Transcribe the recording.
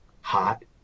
Hot